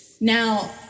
Now